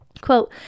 Quote